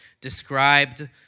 described